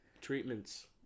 treatments